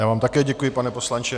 Já vám také děkuji, pane poslanče.